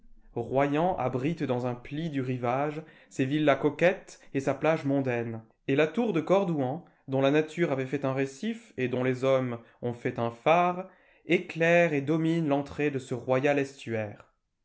royan abrite dans un pli du rivage ses villas coquettes et sa plage mondaine et la tour de cordouan dont la nature avait fait un récif et dont les hommes ont fait un phare éclaire et domine l'entrée de ce royal estuaire